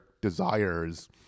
desires